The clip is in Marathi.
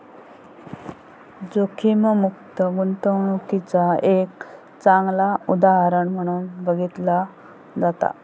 जोखीममुक्त गुंतवणूकीचा एक चांगला उदाहरण म्हणून बघितला जाता